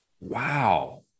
Wow